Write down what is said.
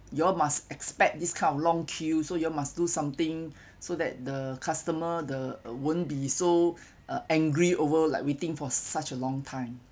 you must expect this kind of long queue so you must do something so that the customer the uh won't be so angry over like waiting for such a long time